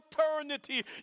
eternity